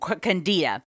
Candida